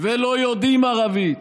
ולא יודעים ערבית,